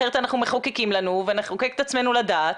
אחרת אנחנו מחוקקים לנו ונחוקק את עצמנו לדעת,